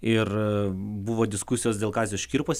ir buvo diskusijos dėl kazio škirpos